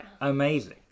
amazing